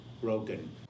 broken